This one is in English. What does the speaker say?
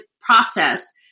process